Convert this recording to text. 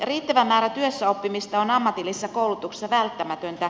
riittävä määrä työssäoppimista on ammatillisessa koulutuksessa välttämätöntä